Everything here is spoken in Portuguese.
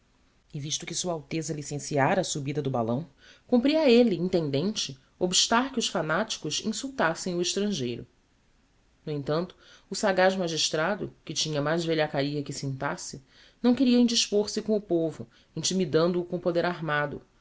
e visto que sua alteza licenciára a subida do balão cumpria a elle intendente obstar que os fanaticos insultassem o estrangeiro no entanto o sagaz magistrado que tinha mais velhacaria que syntaxe não queria indispôr se com o povo intimidando o com o poder armado